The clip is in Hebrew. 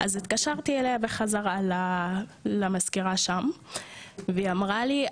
אז התקשרתי אליה בחזרה למזכירה שם והיא אמרה לי,